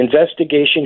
investigation